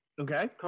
Okay